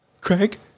Craig